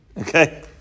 Okay